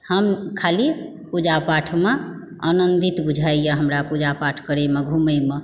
हम खाली पूजापाठमे आनन्दित बुझाइया हमरा पूजा पाठ करयमे घुमयमे